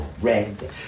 red